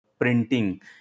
printing